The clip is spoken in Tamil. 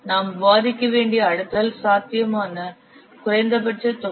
நாம் விவாதிக்க வேண்டிய அடுத்த சொல் நிரல் சாத்தியமான குறைந்தபட்ச தொகுதி